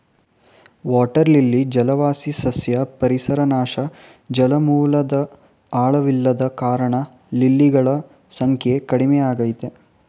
water lily ಜಲವಾಸಿ ಸಸ್ಯ ಪರಿಸರ ನಾಶ ಜಲಮೂಲದ್ ಆಳವಿಲ್ಲದ ಕಾರಣ ಲಿಲಿಗಳ ಸಂಖ್ಯೆ ಕಡಿಮೆಯಾಗಯ್ತೆ